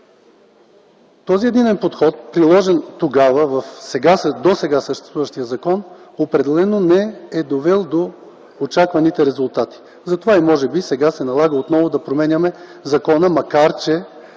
Единният подход, приложен в досега съществуващия закон, определено не е довел до очакваните резултати. Затова сега се налага отново да променяме закона, макар че